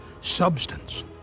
substance